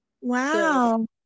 Wow